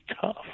tough